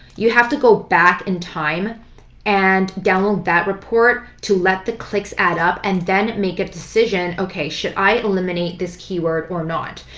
you have to go back in time and download that report to let the clicks add up and then make a decision, okay, should i eliminate this keyword or not?